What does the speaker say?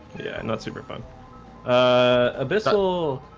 yeah, and that super fun ah abyssal